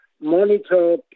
monitor